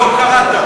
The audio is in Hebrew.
לא קראת.